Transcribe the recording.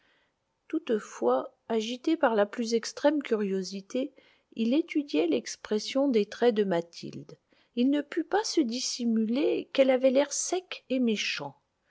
toutefois agité par la plus extrême curiosité il étudiait l'expression des traits de mathilde il ne put pas se dissimuler qu'elle avait l'air sec et méchant